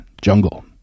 Jungle